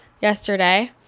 yesterday